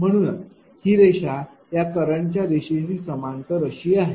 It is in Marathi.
म्हणूनच ही रेषा या करंटच्या रेषेशी समांतर अशी आहे